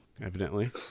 evidently